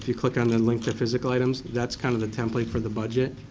yeah click on the link to physical items, that's kind of the template for the budget,